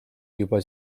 juba